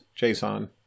JSON